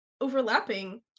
overlapping